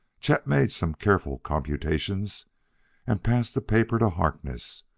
chet made some careful computations and passed the paper to harkness,